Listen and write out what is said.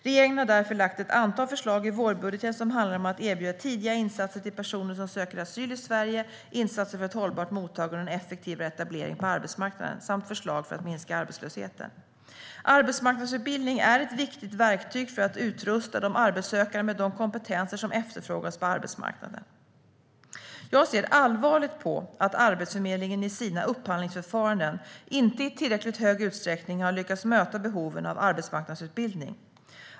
Regeringen har därför lagt fram ett antal förslag i vårbudgeten som handlar om att erbjuda tidiga insatser till personer som söker asyl i Sverige, insatser för ett hållbart mottagande och en effektivare etablering på arbetsmarknaden samt förslag för att minska arbetslösheten. Arbetsmarknadsutbildning är ett viktigt verktyg för att utrusta de arbetssökande med de kompetenser som efterfrågas på arbetsmarknaden. Jag ser allvarligt på att Arbetsförmedlingen i sina upphandlingsförfaranden inte i tillräckligt stor utsträckning har lyckats möta behoven av arbetsmarknadsutbildning.